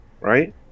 right